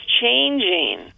changing